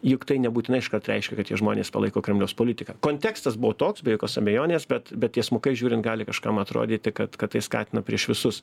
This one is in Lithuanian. juk tai nebūtinai iškart reiškia kad tie žmonės palaiko kremliaus politiką kontekstas buvo toks be jokios abejonės bet bet tiesmukai žiūrint gali kažkam atrodyti kad kad tai skatina prieš visus